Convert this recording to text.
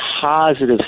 positive